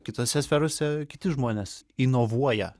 kitose sferose kiti žmonės inovuoja